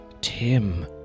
Tim